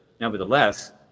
nevertheless